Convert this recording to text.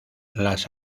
las